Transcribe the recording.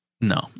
no